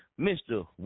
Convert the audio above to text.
Mr